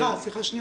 סליחה, רק עוד דבר.